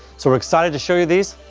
so we're excited to show you these.